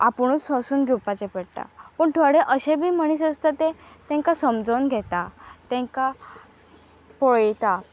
आपुणूच सोसून घेवपाचे पडटा पूण थोडे अशें बी मनीस आसता ते तेंकां समजोन घेता तेंकां पळयता